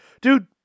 dude